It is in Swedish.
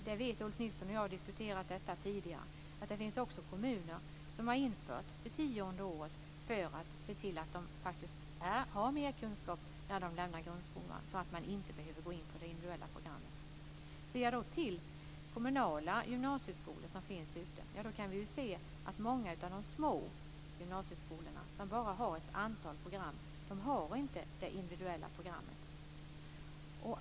Jag vet - Ulf Nilsson och jag har diskuterat detta tidigare - att det också finns kommuner som har infört ett tionde år för att se till att eleverna har mer kunskap när de lämnar grundskolan så att de inte behöver gå in på det individuella programmet. Ser man då till de kommunala gymnasieskolor som finns kan man se att många av de små gymnasieskolorna som bara har ett antal program inte har det individuella programmet.